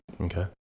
Okay